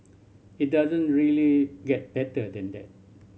it doesn't really get better than that